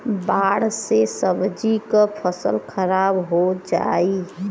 बाढ़ से सब्जी क फसल खराब हो जाई